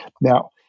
Now